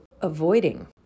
avoiding